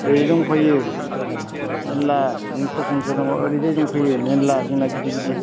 ओरै दंफैयो मेल्ला मिनिस्टार तिनिस्टार दं ओरैजाय दंफैयो मेल्ला जोंना गिदिर गिदिर